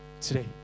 today